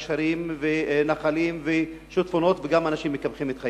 הגשרים והנחלים ואנשים גם מקפחים את חייהם.